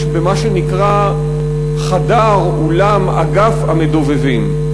במה שנקרא "חדר/אולם/אגף המדובבים".